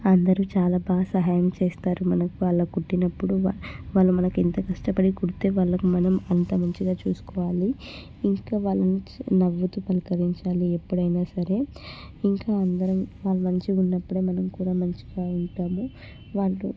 అందరూ చాలా బాగా సహాయం చేస్తారు మనకు వాళ్ళు కుట్టినప్పుడు వాళ్ళు మనకు ఎంత కష్టపడి కుడితే వాళ్ళకు మనం అంత మంచిగా చూసుకోవాలి ఇంకా వాళ్ళని నవ్వుతూ పలకరించాలి ఎప్పుడైనా సరే ఇంకా అందరం వాళ్ళు మంచిగా ఉన్నపుడే మనం కూడా మంచిగా ఉంటాము వాళ్ళు